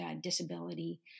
disability